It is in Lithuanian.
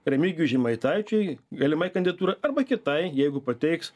remigijui žemaitaičiui galimai kandidatūra arba kitai jeigu pateiks